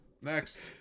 next